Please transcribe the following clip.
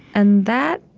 and that